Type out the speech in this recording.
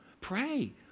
pray